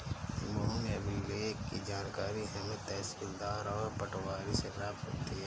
भूमि अभिलेख की जानकारी हमें तहसीलदार और पटवारी से प्राप्त होती है